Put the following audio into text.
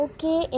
Okay